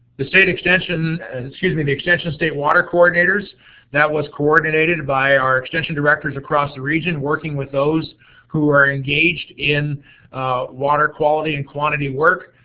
the state extension, and excuse me, the extension state water coordinators that was coordinated by our extension directors across the region working with those who are engaged in water quality and quantity work.